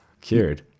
cured